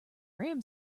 ram